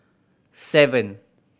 seven